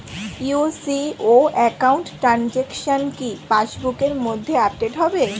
UCO account transaction কি pass বুকের মধ্যে আপডেট হবে?